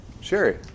Sherry